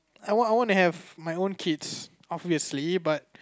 I want want to have my own kids obviously but